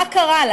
מה קרה לה,